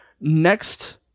next